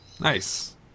Nice